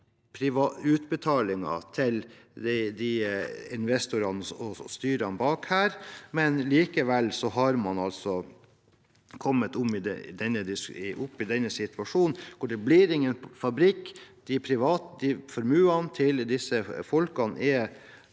utbetalinger til investorene og styrene bak, men likevel har man kommet opp i denne situasjonen hvor det ikke blir noen fabrikk. De private formuene til disse folkene er